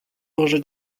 morze